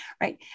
right